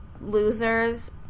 losers